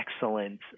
excellent